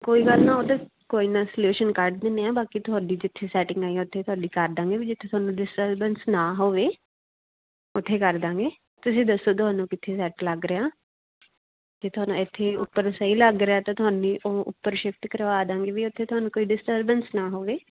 ਕੋਈ ਗੱਲ ਨਾ ਉਹ ਤਾਂ ਕੋਈ ਨਾ ਸਲਿਊਸ਼ਨ ਕੱਢ ਦਿੰਦੇ ਹਾਂ ਬਾਕੀ ਤੁਹਾਡੀ ਜਿੱਥੇ ਸੈਟਿੰਗ ਆਈ ਉੱਥੇ ਤੁਹਾਡੀ ਕਰ ਦਾਂਗੇ ਵੀ ਜਿੱਥੇ ਤੁਹਾਨੂੰ ਡਿਸਟਰਬੈਂਸ ਨਾ ਹੋਵੇ ਉੱਥੇ ਕਰ ਦਾਂਗੇ ਤੁਸੀਂ ਦੱਸੋ ਤੁਹਾਨੂੰ ਕਿੱਥੇ ਸੈਟ ਲੱਗ ਰਿਹਾ ਜੇ ਤੁਹਾਨੂੰ ਇੱਥੇ ਉੱਪਰ ਸਹੀ ਲੱਗ ਰਿਹਾ ਤਾਂ ਤੁਹਾਨੂੰ ਉਹ ਉੱਪਰ ਸ਼ਿਫਟ ਕਰਵਾ ਦਾਂਗੀ ਵੀ ਉੱਥੇ ਤੁਹਾਨੂੰ ਕੋਈ ਡਿਸਟਰਬੈਂਸ ਨਾ ਹੋਵੇ